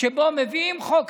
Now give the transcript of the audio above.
שבו מביאים חוק,